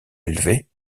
élevés